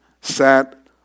sat